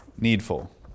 needful